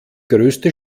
größte